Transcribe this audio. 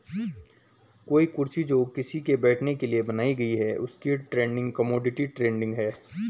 कोई कुर्सी जो किसी के बैठने के लिए बनाई गयी है उसकी ट्रेडिंग कमोडिटी ट्रेडिंग है